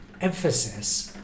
emphasis